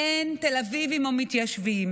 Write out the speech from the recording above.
אין תל אביבים או מתיישבים,